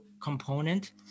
component